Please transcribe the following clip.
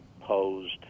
posed